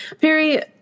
Perry